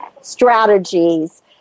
strategies